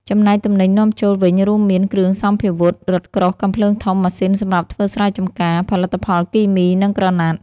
ចំណែកទំនិញនាំចូល វិញរួមមាន គ្រឿងសព្វាវុធ រថក្រោះ កាំភ្លើងធំ ម៉ាស៊ីនសម្រាប់ធ្វើស្រែចម្ការ ផលិតផលគីមី និងក្រណាត់ ។